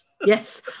Yes